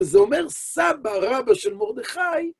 זה אומר סבא רבא של מרדכי.